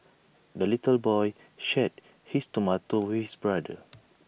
the little boy shared his tomato with brother